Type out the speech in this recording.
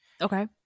Okay